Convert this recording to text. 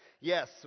yes